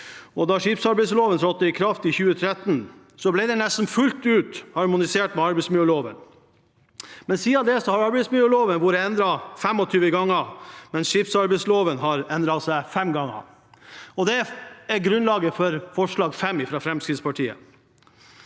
Da skipsarbeidsloven trådte i kraft i 2013, ble den nesten fullt ut harmonisert med arbeidsmiljøloven. Siden da har arbeidsmiljøloven blitt endret 25 ganger, mens skipsarbeidsloven har blitt endret fem ganger. Det er grunnlaget for forslag nr. 5, fra Fremskrittspartiet.